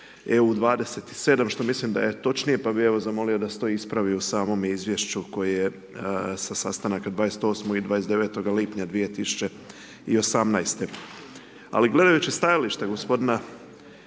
EU 27 što mislim da je točnije, pa bi, evo, zamolio da se to ispravi u samom izvješću koje je sa sastanaka 28. i 29. lipnja 2018. Ali gledajući stajalište gospodina